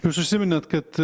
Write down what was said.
jūs užsiminėt kad